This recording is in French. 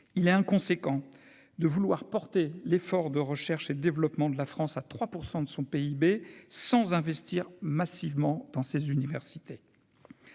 il est inconséquent de vouloir porter l'effort de recherche et développement de la France à 3 % de son PIB, sans investir massivement dans ses universités,